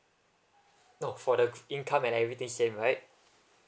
no for the income and everything same right